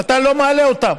ואתה לא מעלה אותן.